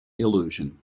illusion